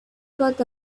got